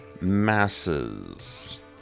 masses